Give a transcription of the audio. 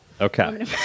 Okay